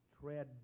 tread